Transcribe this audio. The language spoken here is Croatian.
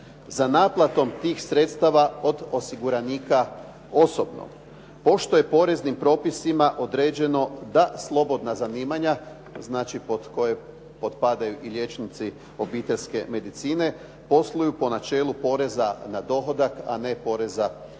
za naplatom tih sredstava od osiguranika osobno. Pošto je poreznim propisima određeno da slobodna zanimanja, znači pod koje potpadaju i liječnici obiteljske medicine, posluju po načelu poreza na dohodak, a ne poreza na